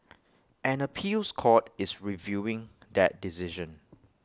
an appeals court is reviewing that decision